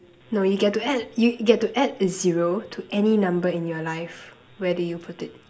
no you get to add you get to add a zero to any number in your life where do you put it